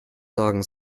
sagen